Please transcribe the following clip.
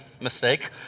mistake